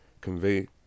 convey